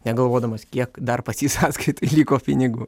negalvodamas kiek dar pas jį sąskaitoj liko pinigų